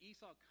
Esau